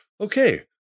okay